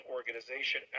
Organization